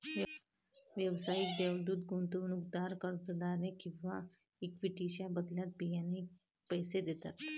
व्यावसायिक देवदूत गुंतवणूकदार कर्जाद्वारे किंवा इक्विटीच्या बदल्यात बियाणे पैसे देतात